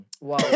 Wow